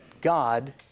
God